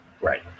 Right